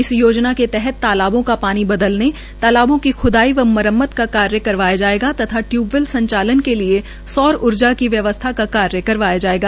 इस योजना के तहत तालाबों का पानी बदलने तालाबों की ख्दाई व मुरम्मत का कार्य करवाया जाएगा तथा टयूबवैल संचालन के लिए सौर ऊर्जा की व्यवस्था का कार्य करवाया जाएगा